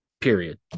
period